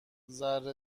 ذره